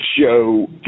show